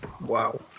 Wow